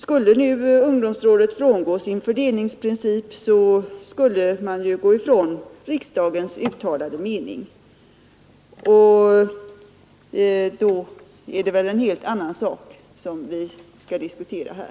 Skulle nu ungdomsrådet frångå sin fördelningsprincip, skulle det innebära att man frångick riksdagens uttalade mening, och då blir det en helt annan sak som vi får diskutera här.